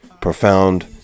profound